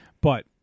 But-